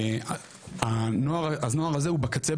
הנוער הזה הוא בקצה,